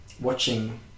watching